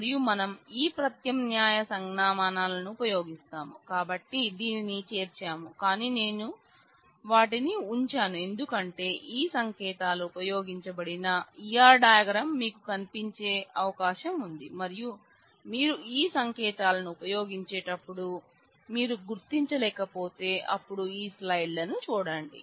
మరియు మనం ఈ ప్రత్యామ్నాయ సంజ్ఞామానాలను ఉపయోగిస్తాము కాబట్టి దీనిని చేర్చాము కానీ నేను వాటిని ఉంచాను ఎందుకంటే ఈ సంకేతాలు ఉపయోగించబడిన E R డయాగ్రామ్ మీకు కనిపించే అవకాశం ఉంది మరియు మీరు ఈ సంకేతాలను ఉపయోగించేటప్పుడు మరియు మీరు గుర్తించలేకపోతే అప్పుడు ఈ స్లైడ్ లను చూడండి